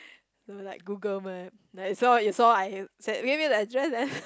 so like Google Map like you saw you saw I said give me the address then